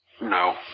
No